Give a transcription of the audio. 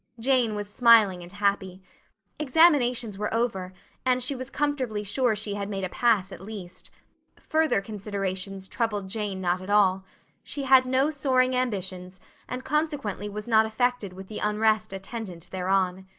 jane was smiling and happy examinations were over and she was comfortably sure she had made a pass at least further considerations troubled jane not at all she had no soaring ambitions and consequently was not affected with the unrest attendant thereon.